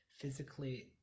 physically